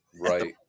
Right